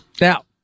Now